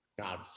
god